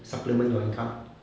supplement your income